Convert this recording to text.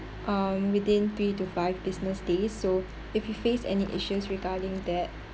um within three to five business days so if you face any issues regarding that